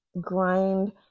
grind